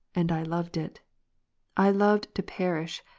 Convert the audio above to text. and i loved it i loved to perish,